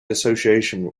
association